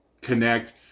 connect